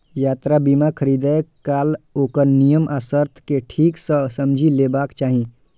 यात्रा बीमा खरीदै काल ओकर नियम आ शर्त कें ठीक सं समझि लेबाक चाही